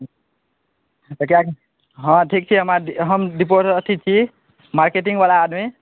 किएकि हँ ठीक छै हमरा हम दिपोर अथी छी मार्केटिन्गवला आदमी